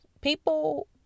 people